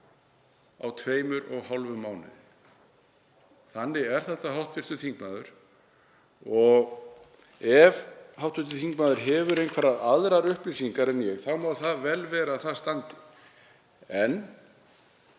á tveimur og hálfum mánuði. Þannig er þetta, hv. þingmaður. Og ef hv. þingmaður hefur einhverjar aðrar upplýsingar en ég þá má vel vera að það standi. En